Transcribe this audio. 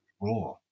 raw